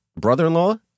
brother-in-law